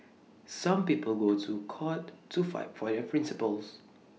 some people go to court to fight for their principles